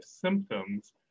symptoms